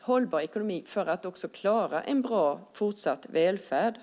hållbar ekonomi för att också klara en fortsatt bra välfärd.